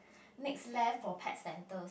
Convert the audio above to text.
next left for pet centre